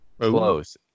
Close